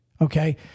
Okay